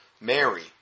Mary